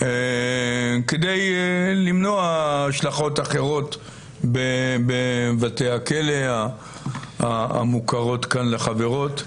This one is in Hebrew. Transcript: כדי למנוע השלכות אחרות בבתי הכלא המוכרות כאן לחברות.